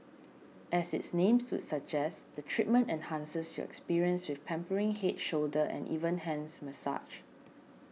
as its name would suggest the treatment enhances your experience with pampering head shoulder and even hands massage